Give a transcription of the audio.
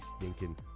stinking